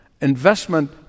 investment